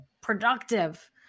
productive